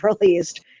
released